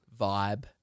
Vibe